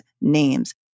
names